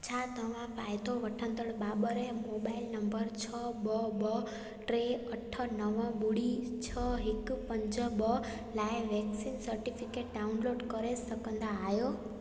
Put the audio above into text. छा तव्हां फ़ाइदो वठंदड़ बाबर ऐं मोबाइल नंबर छह ॿ ॿ टे अठ नव ॿुड़ी छह हिकु पंज ॿ लाइ वैक्सीन सर्टिफिकेट डाउनलोड करे सघंदा आहियो